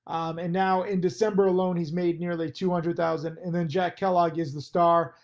and now in december alone he's made nearly two hundred thousand and then jack kellogg is the star.